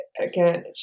again